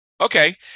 Okay